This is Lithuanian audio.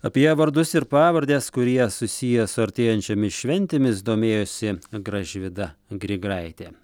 apie vardus ir pavardes kurie susiję su artėjančiomis šventėmis domėjosi gražvyda grigraitė